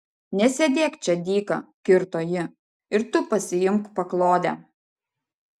nesėdėk čia dyka kirto ji ir tu pasiimk paklodę